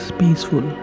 peaceful